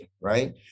right